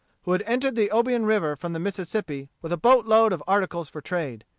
who had entered the obion river from the mississippi with a boat-load of articles for trade.